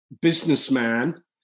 businessman